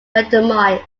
randomized